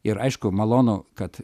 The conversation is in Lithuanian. ir aišku malonu kad